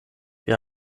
wir